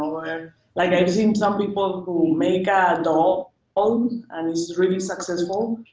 ah and like i see some people who make ah doll um and is really successful,